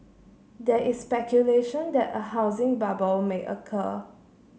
there is speculation that a housing bubble may occur